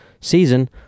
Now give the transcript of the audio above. season